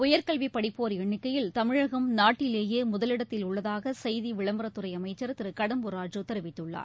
உயர்கல்வி படிப்போர் எண்ணிக்கையில் தமிழகம் நாட்டிலேயே முதலிடத்தில் உள்ளதாக செய்தி விளம்பரத்துறை அமைச்சர் திரு கடம்பூர் ராஜூ தெரிவித்துள்ளார்